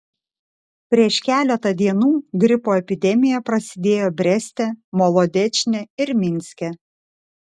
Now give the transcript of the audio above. prieš keletą dienų gripo epidemija prasidėjo breste molodečne ir minske